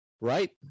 Right